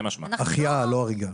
החייאה, לא הריגה.